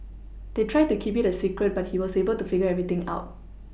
they tried to keep it a secret but he was able to figure everything out